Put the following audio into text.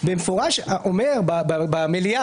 במפורש אומר במליאה,